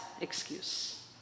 excuse